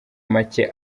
make